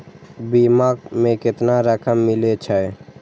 बीमा में केतना रकम मिले छै?